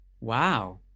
Wow